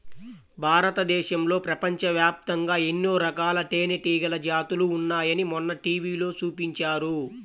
భారతదేశంలో, ప్రపంచవ్యాప్తంగా ఎన్నో రకాల తేనెటీగల జాతులు ఉన్నాయని మొన్న టీవీలో చూపించారు